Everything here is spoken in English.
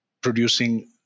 producing